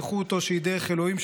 למה שחינכו אותו שהיא דרך אלוהים,